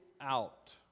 out